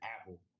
Apple